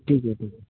ठीक आहे ठीक आहे